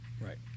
Right